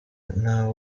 nta